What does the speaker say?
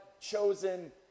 chosen